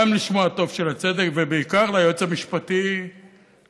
גם לשמו הטוב של הצדק ובעיקר ליועץ המשפטי לכנסת.